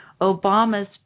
Obama's